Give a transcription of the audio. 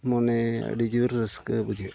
ᱢᱚᱱᱮ ᱟᱹᱰᱤ ᱡᱳᱨ ᱨᱟᱹᱥᱠᱟᱹ ᱵᱩᱡᱷᱟᱹᱜᱼᱟ